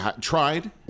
tried